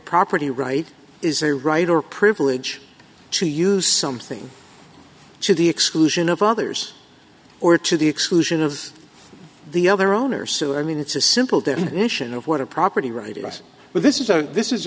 property right is a right or privilege to use something to the exclusion of others or to the exclusion of the other owner so i mean it's a simple definition of what a property right of us but this is a this is